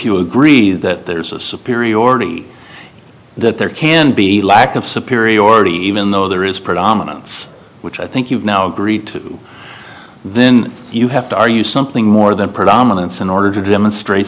you agree that there's a superiority that there can be lack of superiority even though there is predominance which i think you've now agreed to then you have to argue something more than predominance in order to demonstrate